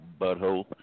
butthole